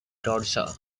bradshaw